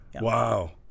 Wow